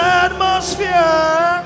atmosphere